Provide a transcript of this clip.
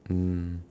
mm